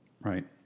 right